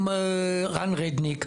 גם רן רידניק,